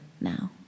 now